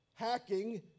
Hacking